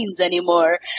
anymore